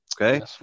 Okay